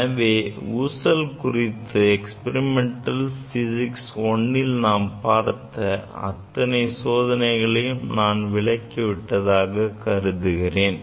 எனவே ஊசல் குறித்து experimental physics 1ல் நாம் பார்த்த அத்தனை சோதனைகளையும் நான் விளக்கி விட்டதாக கருதுகிறேன்